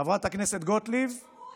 חברת הכנסת גוטליב, ברור.